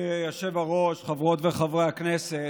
אדוני היושב-ראש, חברות וחברי הכנסת,